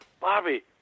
Bobby